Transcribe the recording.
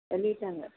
எழுதிட்டாங்க